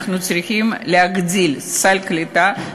אנחנו צריכים להגדיל את סל הקליטה,